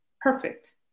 perfect